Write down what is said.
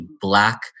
black